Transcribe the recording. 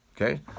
Okay